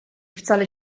wcale